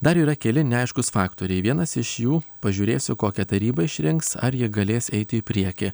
dar yra keli neaiškūs faktoriai vienas iš jų pažiūrėsiu kokią tarybą išrinks ar ji galės eiti į priekį